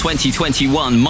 2021